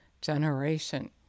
generation